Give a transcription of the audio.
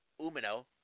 Umino